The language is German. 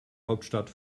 hauptstadt